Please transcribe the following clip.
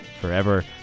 forever